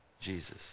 Jesus